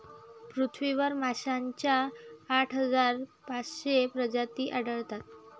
पृथ्वीवर माशांच्या आठ हजार पाचशे प्रजाती आढळतात